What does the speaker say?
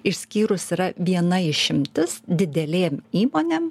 išskyrus yra viena išimtis didelėm įmonėm